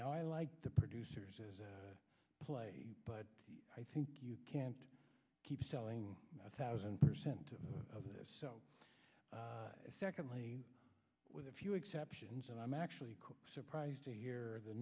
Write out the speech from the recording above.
now i like the producers play but i think you can't keep selling a thousand percent of this so secondly with a few exceptions that i'm actually surprised to hear the